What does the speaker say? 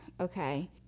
okay